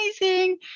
amazing